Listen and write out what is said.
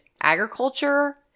agriculture